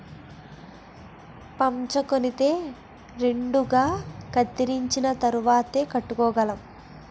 పంచకొనితే రెండుగా కత్తిరించిన తరువాతేయ్ కట్టుకోగలం